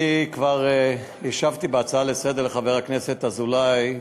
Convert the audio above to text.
אני כבר השבתי בהצעה לסדר-היום לחבר הכנסת אזולאי,